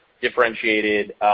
differentiated